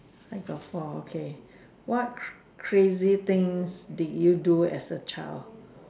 I got four okay what crazy things did you do as a child